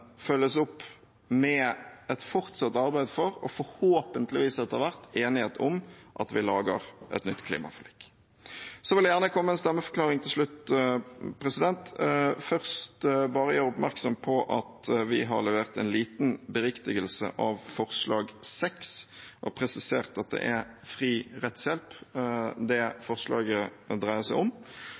følges opp med et fortsatt arbeid for – og forhåpentligvis etter hvert enighet om – at vi lager et nytt klimaforlik. Så vil jeg gjerne komme med en stemmeforklaring. Først vil jeg bare gjøre oppmerksom på at vi har levert en liten beriktigelse av forslag nr. 6 og presisert at det er fri rettshjelp det forslaget dreier seg om.